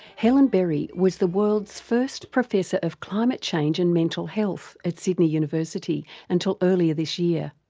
helen berry was the world's first professor of climate change and mental health at sydney university, until earlier this year.